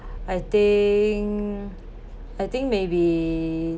I think I think maybe